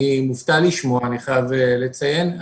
אני מופתע לשמוע, אני חייב לציין.